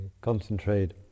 concentrate